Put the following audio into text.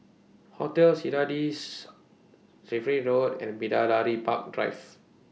Hotel Citadines Refinery Road and Bidadari Park Drive